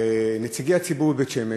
לנציגי הציבור בבית-שמש.